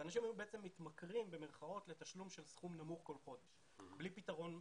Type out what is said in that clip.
ואנשים היו "מתמכרים" לתשלום של סכום נמוך כל חודש בלי פתרון סופי.